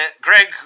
Greg